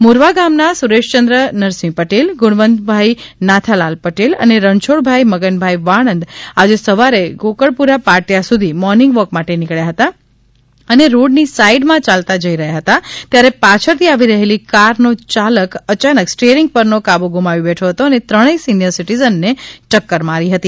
મોરવા ગામના સુરેશચંદ્ર નરસિંહ પટેલ ગુણવંત ભાઈ નાથાલાલ પટેલ અને રણછોડ ભાઈ મગનભાઈ વાળંદ આજે સવારે ગોકળપુરા પાટિયા સુધી મોર્નિંગ વોક માટે નીકબ્યા હતા અને રોડની સાઈડમાં ચાલતા જઈ રહ્યા હતા ત્યારે પાછળથી આવી રહેલી કારનો ચાલક અચાનક સ્ટિયરીંગ પરનો કાબૂ ગુમાવી બેઠો હતો અને ત્રણેય સિનિયર સિટીઝન ને ટક્કર મારી હતી